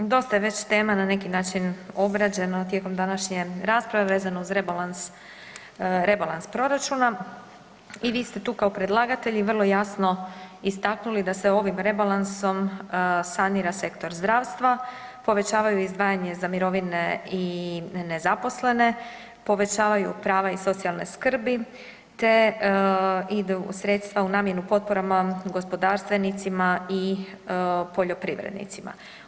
Dosta je već tema na neki način obrađeno tijekom današnje rasprave vezano uz rebalans, rebalans proračuna i vi ste tu kao predlagatelj i vrlo jasno istaknuli da se ovim rebalansom sanira sektor zdravstva, povećavaju izdvajanje za mirovine i nezaposlene, povećavaju prava iz socijalne skrbi, te idu sredstva u namjenu potporama gospodarstvenicima i poljoprivrednicima.